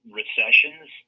recessions